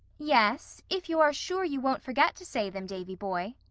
yes, if you are sure you won't forget to say them, davy-boy.